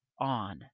on